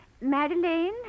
Madeline